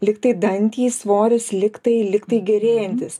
lygtai dantys svoris lygtai lygtai gerėjantys